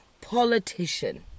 politician